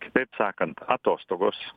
kitaip sakant atostogos